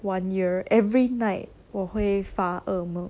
one year every night 我会发恶梦